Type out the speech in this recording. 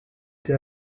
t’es